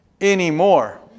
anymore